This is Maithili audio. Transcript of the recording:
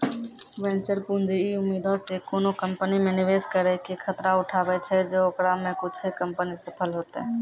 वेंचर पूंजी इ उम्मीदो से कोनो कंपनी मे निवेश करै के खतरा उठाबै छै जे ओकरा मे कुछे कंपनी सफल होतै